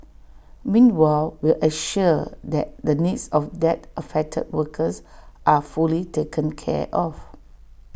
meanwhile will ensure that the needs of that affected workers are fully taken care of